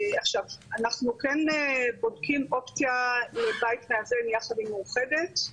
אנחנו כן בודקים אופציה לבית מאזן ביחד עם מאוחדת,